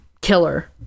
killer